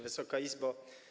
Wysoka Izbo!